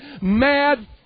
Mad